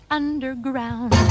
underground